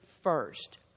first